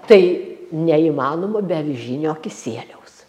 tai neįmanoma be avižinio kisieliaus